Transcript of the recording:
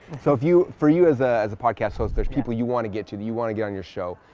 so, for you for you as ah as a podcast host, there's people you wanna get to, that you wanna get on your show,